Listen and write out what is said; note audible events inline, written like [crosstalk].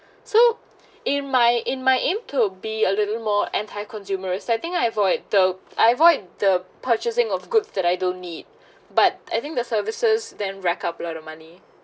so in my in my aim to be a little more anti consumer I think I avoid the I avoid the purchasing of goods that I don't need [breath] but I think the services that rack up a lot of money